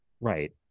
Right